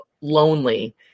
lonely